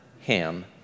Ham